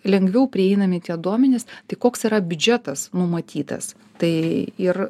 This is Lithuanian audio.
lengviau prieinami tie duomenys tai koks yra biudžetas numatytas tai ir